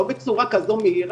לא בצורה כזו מהירה,